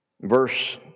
Verse